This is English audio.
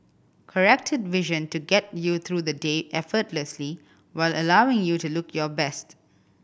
corrected vision to get you through the day effortlessly while allowing you to look your best